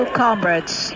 comrades